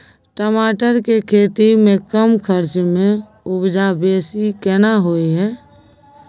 टमाटर के खेती में कम खर्च में उपजा बेसी केना होय है?